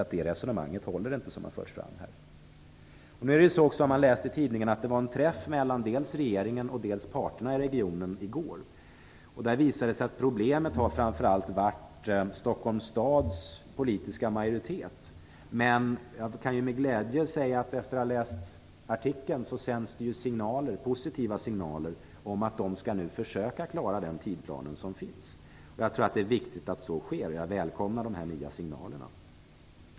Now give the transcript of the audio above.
Det resonemang som har förts här håller alltså inte. Vi har läst i tidningen att det i går var en träff mellan regeringen och parterna i regionen. Det visade sig att problemet framför allt fanns i Stockholms stads majoritet. Men jag kan med glädje säga, efter att ha läst tidningen, att det sändes positiva signaler om att de nu skall försöka klara den tidsplan som finns. Det är viktigt att så sker, och jag välkomnar de här nya signalerna.